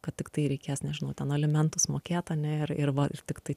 kad tiktai reikės nežinau ten alimentus mokėt ane ir ir va ir tiktai